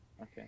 okay